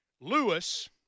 Lewis